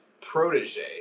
protege